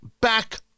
back